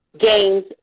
games